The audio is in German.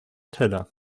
teller